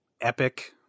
epic